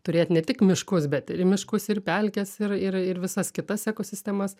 turėt ne tik miškus bet ir miškus ir pelkes ir ir ir visas kitas ekosistemas